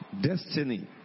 destiny